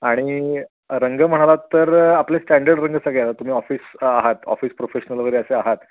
आणि रंग म्हणाला तर आपले स्टँडर्ड रंग सगळ आ तुम्ही ऑफिस आहात ऑफिस प्रोफेशनल वगैरे असे आहात